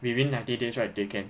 within ninety days right they can